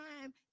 time